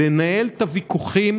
לנהל את הוויכוחים